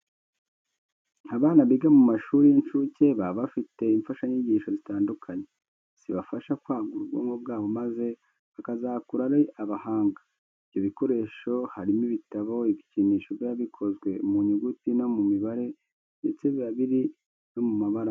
Abana biga mu mashuri y'incuke baba bafite imfashanyigisho zitandukanye, zibafasha kwagura ubwonko bwabo maze bakazakura ari abahanga. Ibyo bikoresho harimo ibitabo, ibikinisho biba bikozwe mu nyuguti no mu mibare ndetse biba biri no mu mabara atandukanye.